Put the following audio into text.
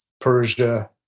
Persia